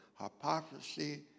hypocrisy